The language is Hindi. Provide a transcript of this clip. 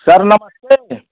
सर नमस्ते